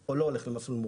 או פשוט.